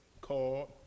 called